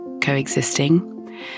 Coexisting